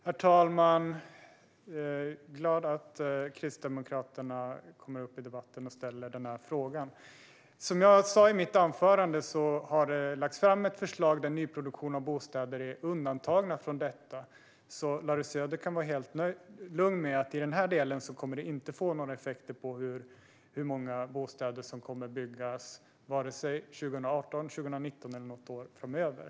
Herr talman! Jag är glad att Kristdemokraterna kommer upp i debatten och ställer den här frågan. Som jag sa i mitt anförande har det lagts fram ett förslag där nyproduktion av bostäder är undantagna från detta. Larry Söder kan alltså vara helt lugn med att det i den delen inte kommer att få några effekter på hur många bostäder som byggs vare sig 2018, 2019 eller något annat år framöver.